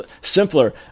simpler